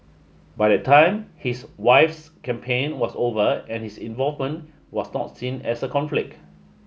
by that time his wife's campaign was over and his involvement was not seen as a conflict